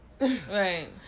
right